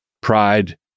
pride